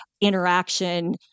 interaction